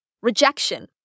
Rejection